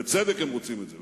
ובצדק הם רוצים את זה,